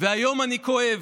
והיום אני כואב.